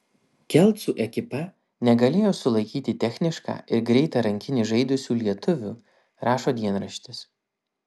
kelcų ekipa negalėjo sulaikyti technišką ir greitą rankinį žaidusių lietuvių rašo dienraštis